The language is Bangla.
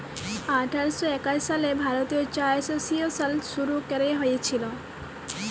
আঠার শ একাশি সালে ভারতীয় চা এসোসিয়েশল শুরু ক্যরা হঁইয়েছিল